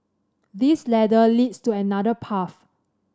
this ladder leads to another path